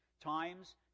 Times